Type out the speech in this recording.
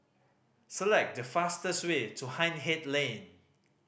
select the fastest way to Hindhede Lane